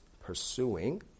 pursuing